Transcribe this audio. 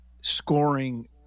scoring